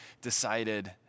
decided